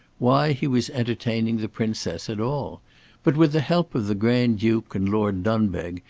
why he was entertaining the princess at all but, with the help of the grand-duke and lord dunbeg,